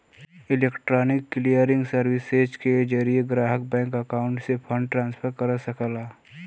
electronic clearing services के जरिये ग्राहक बैंक अकाउंट से फंड ट्रांसफर कर सकला